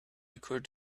occurred